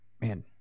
Man